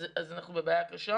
אז אנחנו בבעיה קשה.